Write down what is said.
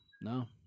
No